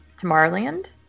Tomorrowland